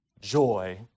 joy